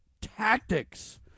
tactics